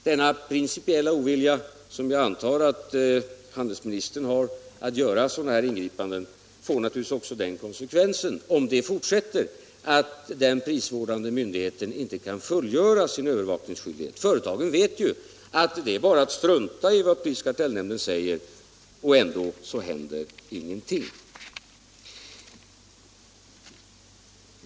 Den principiella ovilja att göra sådana här ingripanden, som jag förmodar att handelsministern har, får naturligtvis också den konsekvensen att den prisvårdande myndigheten inte kan fullgöra sin övervakningsskyldighet. Företagen vet ju att det bara är att strunta i vad prisoch kartellnämnden säger — det händer ändå ingenting.